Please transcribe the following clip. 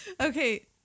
Okay